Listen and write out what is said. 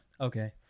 Okay